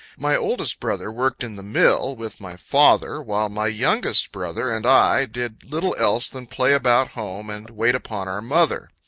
my oldest brother worked in the mill, with my father, while my youngest brother and i did little else than play about home, and wait upon our mother.